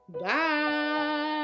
Bye